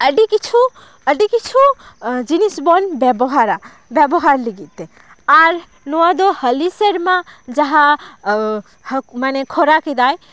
ᱟᱵᱚ ᱟᱹᱰᱤ ᱠᱤᱪᱷᱩ ᱟᱹᱰᱤ ᱠᱤᱪᱷᱩ ᱡᱤᱱᱤᱥ ᱵᱚᱱ ᱵᱮᱵᱚᱦᱟᱨᱟ ᱵᱮᱵᱚᱦᱟᱨ ᱞᱟᱹᱜᱤᱫ ᱛᱮ ᱟᱨ ᱱᱚᱣᱟ ᱫᱚ ᱦᱟᱹᱞᱤ ᱥᱮᱨᱢᱟ ᱡᱟᱦᱟᱸ ᱢᱟᱱᱮ ᱠᱷᱚᱨᱟ ᱠᱮᱫᱟᱭ